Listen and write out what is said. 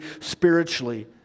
spiritually